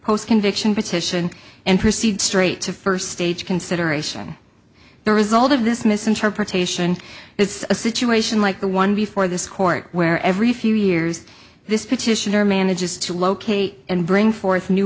post conviction petition and proceed straight to first stage consideration the result of this misinterpretation is a situation like the one before this court where every few years this petitioner manages to locate and bring forth new